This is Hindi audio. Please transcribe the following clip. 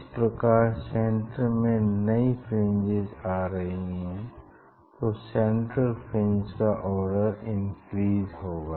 इस प्रकार सेंटर में नई फ्रिंजेस आ रही हैं तो सेन्ट्रल फ्रिंज का आर्डर इनक्रीज़ होगा